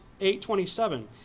8.27